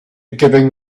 giving